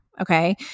Okay